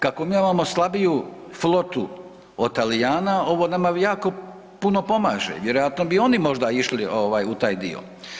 Kako mi imamo slabiju flotu od Talijana ovo nama jako puno pomaže, vjerojatno bi oni možda išli u taj dio.